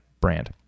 brand